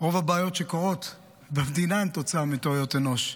הבעיות שקורות במדינה הן תוצאה מטעויות אנוש.